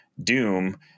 doom